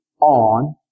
on